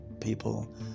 people